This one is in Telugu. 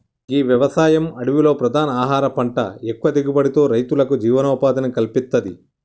గీ వ్యవసాయం అడవిలో ప్రధాన ఆహార పంట ఎక్కువ దిగుబడితో రైతులకు జీవనోపాధిని కల్పిత్తది